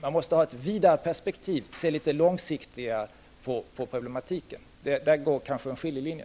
Man måst ha ett vidare perspektiv och se litet långsiktigare på problemen. Där går det kanske en skiljelinje.